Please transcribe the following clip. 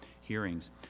hearings